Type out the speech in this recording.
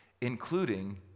including